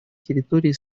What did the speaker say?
территории